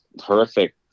horrific